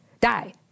Die